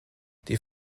die